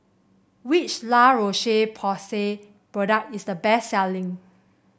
which La Roche Porsay product is the best selling